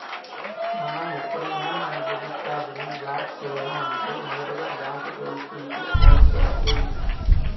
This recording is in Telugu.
మనం ఎప్పుడైనా మన డెబిట్ కార్డ్ ని బ్లాక్ చేయను అంటే మొదటగా బ్యాంకు టోల్ ఫ్రీ కు ఫోన్ చేయాలి